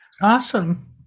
Awesome